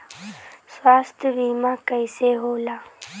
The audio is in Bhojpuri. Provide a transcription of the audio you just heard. स्वास्थ्य बीमा कईसे होला?